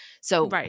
So-